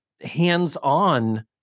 hands-on